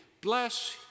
Bless